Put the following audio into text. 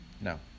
No